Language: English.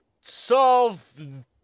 solve